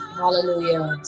hallelujah